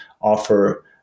offer